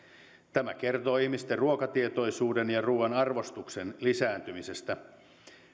tämä kertoo ihmisten ruokatietoisuuden ja ruuan arvostuksen lisääntymisestä